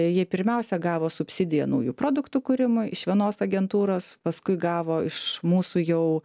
jie pirmiausia gavo subsidiją naujų produktų kūrimui iš vienos agentūros paskui gavo iš mūsų jau